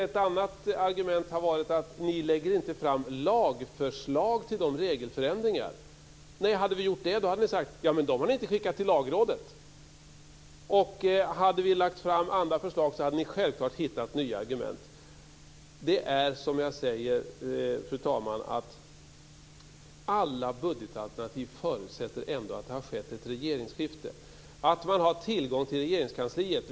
Ett annat argument har varit att vi inte lägger fram lagförslag till regelförändringarna. Hade vi gjort det hade ni sagt att vi inte hade skickat dem till Lagrådet. Hade vi lagt fram andra förslag hade ni självklart hittat nya argument. Det är som jag säger, fru talman. Alla budgetalternativ förutsätter ändå att det har skett ett regeringsskifte och att man har tillgång till Regeringskansliet.